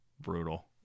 brutal